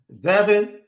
Devin